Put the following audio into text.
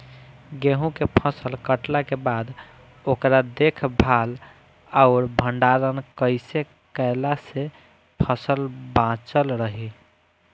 गेंहू के फसल कटला के बाद ओकर देखभाल आउर भंडारण कइसे कैला से फसल बाचल रही?